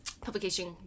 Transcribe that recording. publication